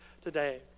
today